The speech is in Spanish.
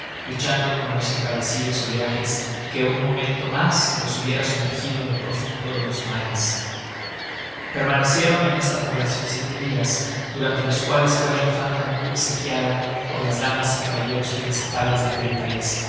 luchando con los embravecidos oleajes que un momento mas los hubiera sumergido en lo profundo de los mares permanecieron en esta poblacion siete dias durante los cuales fue la infanta muy obsequiada por las damas y caballeros principales de aquel pais